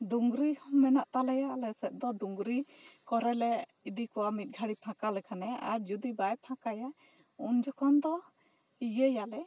ᱰᱩᱝᱨᱤ ᱢᱮᱱᱟᱜ ᱛᱟᱞᱮᱭᱟ ᱟᱞᱮᱥᱮᱫ ᱫᱚ ᱰᱩᱝᱨᱤ ᱠᱚᱨᱮ ᱞᱮ ᱤᱫᱤ ᱠᱚᱣᱟ ᱢᱤᱫ ᱜᱷᱟᱹᱲᱤ ᱮ ᱯᱷᱟᱸᱠᱟ ᱞᱮᱠᱷᱟᱱᱮ ᱟᱨ ᱡᱩᱫᱤ ᱵᱟᱭ ᱯᱷᱟᱸᱠᱟᱭᱟ ᱩᱱ ᱡᱚᱠᱷᱚᱱ ᱫᱚ ᱤᱭᱟᱹᱭᱟᱞᱮ